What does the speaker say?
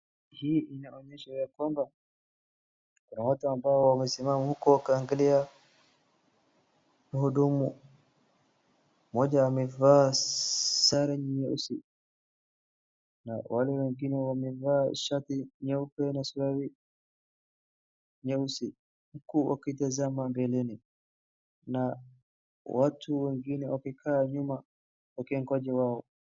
Hii inaonyesha yakwamba kuna watu wamesimama huko wakiangalia mhudumu. Mmoja amevaa sare nyeusi na wale wengine wamevaa shati nyeupe na sare nyeusi huku wakitazama mbeleni na watu wengine wakikaa nyuma wakingoja wao.